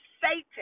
Satan